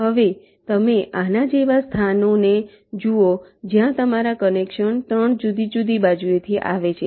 હવે તમે આના જેવા સ્થાનોને જુઓ જ્યાં તમારા કનેક્શન 3 જુદી જુદી બાજુઓથી આવે છે